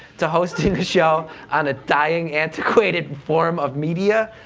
to hosting a show on a dying, antiquated form of media?